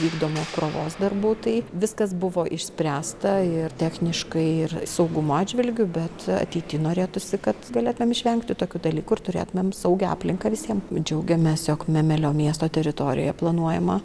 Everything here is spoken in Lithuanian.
vykdomų krovos darbų tai viskas buvo išspręsta ir techniškai ir saugumo atžvilgiu bet ateity norėtųsi kad galėtumėm išvengti tokių dalykų ir turėtumėm saugią aplinką visiem džiaugiamės jog memelio miesto teritorijoj planuojama